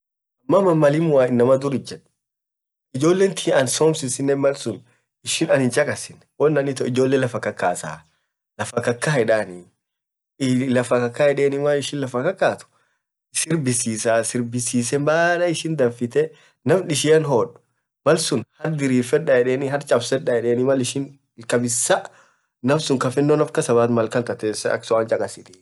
waan malimua innama durr ijjed, ijolee aninn somsiit ann hinchakaasiin won aninn itoo ijolee lafa kakasaa malishin lafaa kakaat sirbisisee, maal isshin danfitee naafishiian hood.malsuun hark dirirfedaa edeeni chapsedaa edeeni, duub malsun kafeno naff kasaa baat malkan tatesisaa aksun anchakassit.